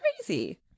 crazy